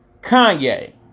Kanye